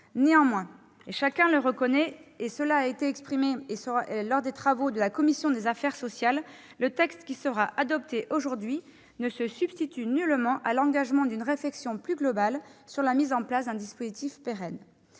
Néanmoins, chacun le reconnaît, et cela a été exprimé lors des travaux de la commission des affaires sociales, le texte qui sera adopté aujourd'hui ne se substitue nullement à l'engagement d'une réflexion plus globale sur la mise en place d'un dispositif pérenne.